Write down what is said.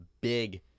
big